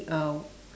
uh